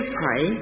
pray